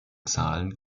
zahlen